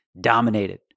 dominated